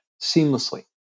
seamlessly